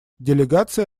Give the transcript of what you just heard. делегация